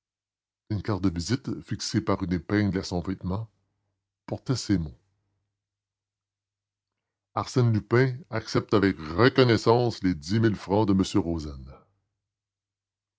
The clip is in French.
une carte de visite fixée par une épingle à son vêtement portait ces mots arsène lupin accepte avec reconnaissance les dix mille francs de